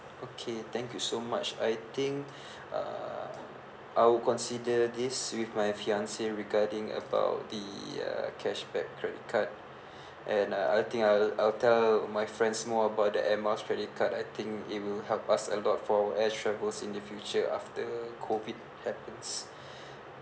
okay thank you so much I think uh I would consider this with my fiancée regarding about the uh cashback credit card and uh I think I'll I'll tell my friends more about the air miles credit card I think it will help us a lot for air travels in the future after COVID happens